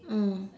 mm